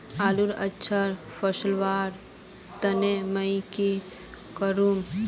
आलूर अच्छा फलवार तने नई की करूम?